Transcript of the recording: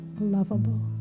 lovable